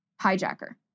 hijacker